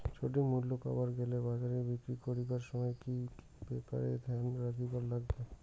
সঠিক মূল্য পাবার গেলে বাজারে বিক্রি করিবার সময় কি কি ব্যাপার এ ধ্যান রাখিবার লাগবে?